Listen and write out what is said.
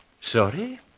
Sorry